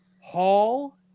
Hall